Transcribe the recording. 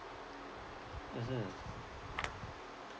mmhmm